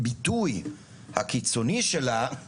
הביטוי הקיצוני של פגיעה מינית הוא פיזי,